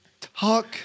talk